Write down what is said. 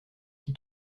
qui